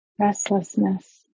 restlessness